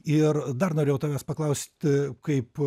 ir dar norėjau tavęs paklausti kaip